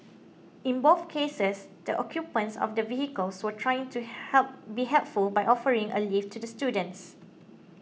in both cases the occupants of the vehicles were trying to help be helpful by offering a lift to the students